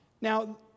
Now